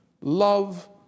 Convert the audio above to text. love